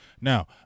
Now